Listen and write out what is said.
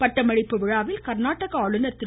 பட்டமளிப்பு விழாவில் கர்நாடக ஆளுநர் திரு